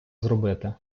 зробити